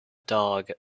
dog